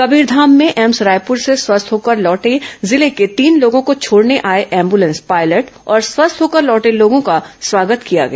कबीरधाम में एम्स रायपुर से स्वस्थ्य होकर जिले के तीन लोगों को छोडने आए एंबुलेंस पायलट और स्वस्थ होकर लौटे लोगों का स्वागत किया गया